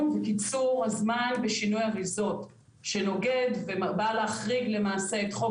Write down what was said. בקיצור הסימן בשינוי אריזות שנוגד ובא להחריג למעשה את חוק